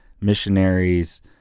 missionaries